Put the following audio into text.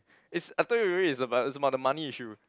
it's I told you already it's about it's about the money issue